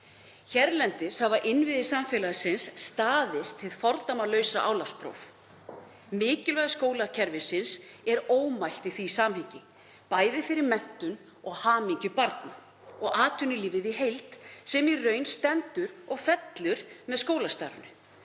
Hérlendis hafa innviðir samfélagsins staðist hið fordæmalausa álagspróf. Mikilvægi skólakerfisins er ómælt í því samhengi, bæði fyrir menntun og hamingju barna og atvinnulífið í heild sem í raun stendur og fellur með skólastarfinu.